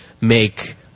make